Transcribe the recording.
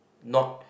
not